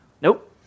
Nope